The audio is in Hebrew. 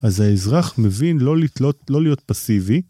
אז האזרח מבין לא להיות פסיבי.